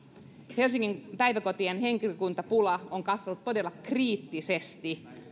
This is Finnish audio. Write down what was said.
helsingin päiväkotien henkilökuntapula on kasvanut todella kriittisesti